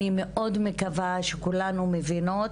אני מאוד מקווה שכולנו מבינות